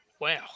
Wow